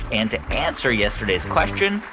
and to answer yesterday's question,